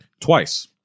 Twice